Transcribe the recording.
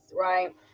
Right